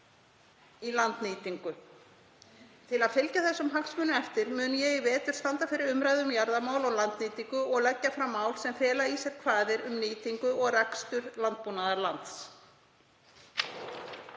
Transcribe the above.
í landnýtingu. Til að fylgja þessu eftir mun ég í vetur standa fyrir umræðu um jarðamál og landnýtingu og leggja fram mál sem fela í sér kvaðir um nýtingu og rekstur landbúnaðarlands.